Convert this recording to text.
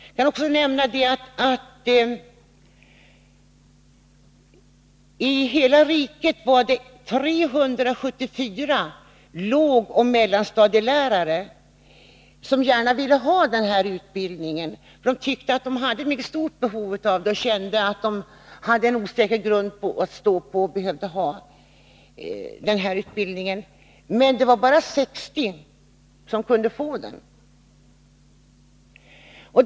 Jag kan också nämna att i hela riket var det 374 lågoch mellanstadielärare som gärna ville ha den här utbildningen, eftersom de tyckte att de hade ett mycket stort behov av den och kände att de hade en osäker grund att stå på och därför behövde denna utbildning. Men det vara bara 60 som kunde få utbildningen.